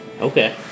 Okay